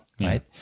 right